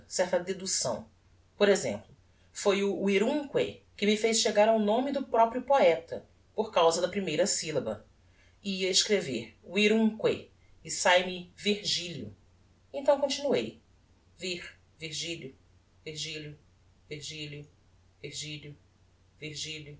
certa deducção por exemplo foi o virumque que me fez chegar ao nome do proprio poeta por causa da primeira syllaba ia a escrever virumque e sae me virgilio então continuei vir virgilio virgilio virgilio virgilio virgilio